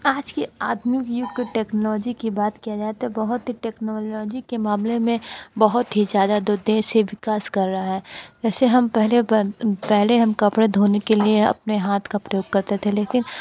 आज के आधुनिक युग के टेक्नोलॉजी की बाद किया जाए तो बहुत ही टेक्नोलॉजी के मामले में बहुत ही ज़्यादा दो देश है विकास कर रहा है ऐसे हम पहले पहले हम कपड़े धोने के लिए अपने हाथ का प्रयोग करते थे लेकिन